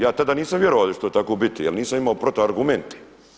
Ja tada nisam vjerovao da će to tako biti, jer nisam imao protu argumente.